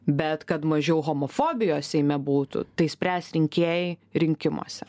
bet kad mažiau homofobijos seime būtų tai spręs rinkėjai rinkimuose